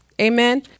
Amen